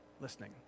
listening